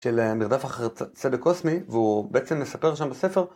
של מרדף אחרי הצד הקוסמי, והוא בעצם מספר שם בספר